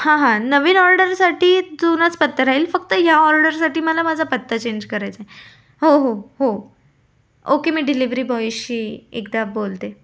हां हां नवीन ऑर्डरसाठी जुनाच पत्ता राहील फक्त ह्या ऑर्डरसाठी मला माझा पत्ता चेंज करायचाय हो हो ओके मी डिलेवरी बॉयशी एकदा बोलते